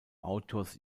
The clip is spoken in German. autors